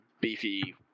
beefy